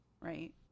right